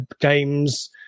games